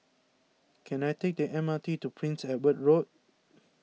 can I take the M R T to Prince Edward Road